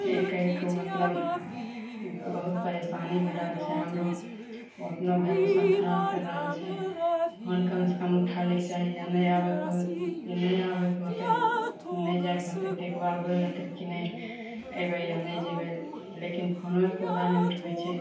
ई करिके मतलब बहुत परेशानी हो रहल छै हमरो ओ अपनो वैल्युएशन खराब करि रहल छै फोन कमसे कम उठा लैके चाही या नहि आबैके होइ नहि आबैके होतै नहि जाइके होतै तऽ एकबेर बोलि देतै रहै नहि अएबै या नहि जएबै लेकिन फोनो एकोदा नहि उठबै छै